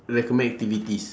recommend activities